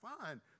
fine